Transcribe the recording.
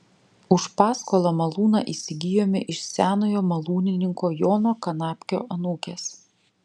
už paskolą malūną įsigijome iš senojo malūnininko jono kanapkio anūkės